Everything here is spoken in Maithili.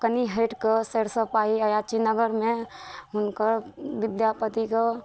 कनि हटि कऽ सैरिसोपाही अयाची नगरमे हुनकर विद्यापतिके